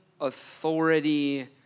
authority